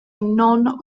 non